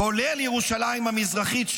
כולל ירושלים המזרחית,